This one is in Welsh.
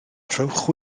rhowch